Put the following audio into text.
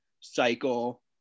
cycle